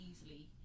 easily